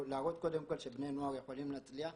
להראות קודם כל שבני נוער יכולים להצליח,